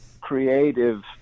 creative